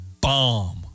bomb